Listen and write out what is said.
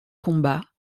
combat